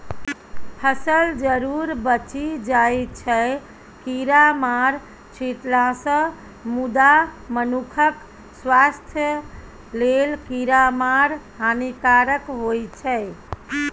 फसल जरुर बचि जाइ छै कीरामार छीटलासँ मुदा मनुखक स्वास्थ्य लेल कीरामार हानिकारक होइ छै